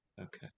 okay